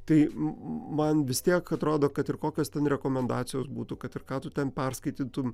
tai man vis tiek atrodo kad ir kokios ten rekomendacijos būtų kad ir ką tu ten perskaitytum